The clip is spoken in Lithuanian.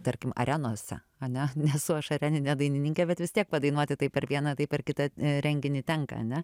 tarkim arenose ane nesu aš areninė dainininkė bet vis tiek padainuoti tai per vieną tai per kitą renginį tenka ane